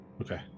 okay